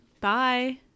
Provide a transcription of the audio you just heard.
Bye